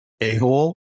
a-hole